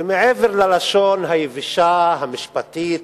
ומעבר ללשון היבשה המשפטית